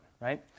Right